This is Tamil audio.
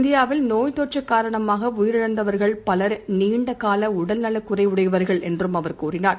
இந்தியாவில் நோய் தொற்று காரணமாக உயிரிழந்தவர்கள் பவர் நீண்ட கால உடல் நலக் குறைவுடையவர்கள் என்று அவர் கூறினார்